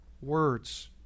words